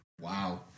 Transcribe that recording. Wow